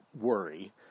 worry